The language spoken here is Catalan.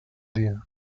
dia